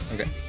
Okay